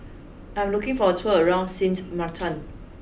I am looking for a tour around Sint Maarten